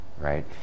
right